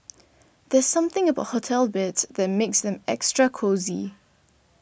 there's something about hotel beds that makes them extra cosy